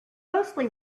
mostly